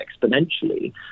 exponentially